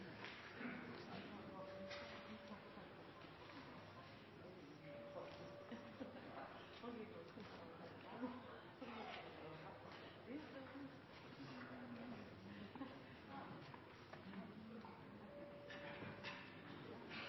i lønn for å ta ansvar i